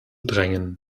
drängen